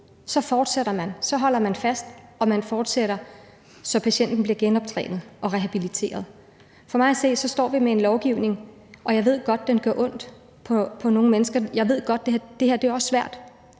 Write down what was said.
så fortsætter man og holder fast, så patienten bliver genoptrænet og rehabiliteret. For mig at se står vi med en lovgivning, og jeg ved godt, at den gør ondt på nogle mennesker; jeg ved godt, at det her også er svært